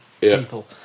people